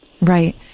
Right